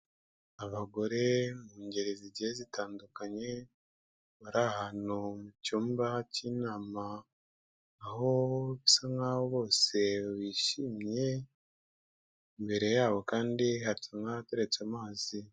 Abagore mu ngeri zigiye zitandukanye, bari ahantu mu cyumba cy'inama, aho bisa nk'aho bose bishimye imbere yabo kandi hasa nk'ahateretse amazi.